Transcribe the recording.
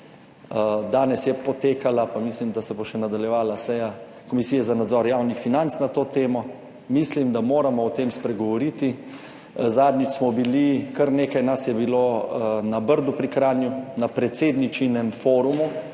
Danes je potekala, pa mislim, da se bo še nadaljevala seja Komisije za nadzor javnih financ na to temo. Mislim, da moramo o tem spregovoriti. Zadnjič smo bili, kar nekaj nas je bilo na Brdu pri Kranju na predsedničinem forumu